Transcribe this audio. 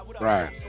right